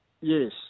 Yes